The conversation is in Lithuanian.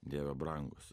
dieve brangus